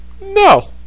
No